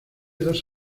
dos